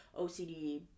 OCD